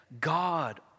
God